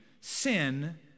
sin